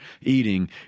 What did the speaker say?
eating